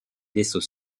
vaisseaux